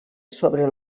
sobre